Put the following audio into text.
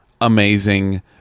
amazing